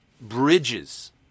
bridges